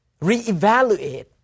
reevaluate